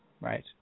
Right